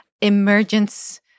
Emergence